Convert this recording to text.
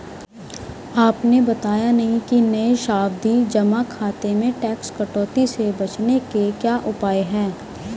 आपने बताया नहीं कि नये सावधि जमा खाते में टैक्स कटौती से बचने के क्या उपाय है?